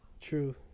True